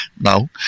no